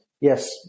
Yes